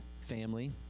family